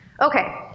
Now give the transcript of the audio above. Okay